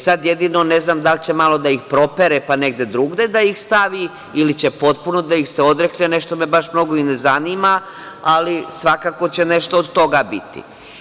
Sad jedino ne znam da li će malo da ih propere pa negde drugde da ih stavi ili će potpuno da ih se odrekne, nešto me baš mnogo i ne zanima, ali svakako će nešto od toga biti.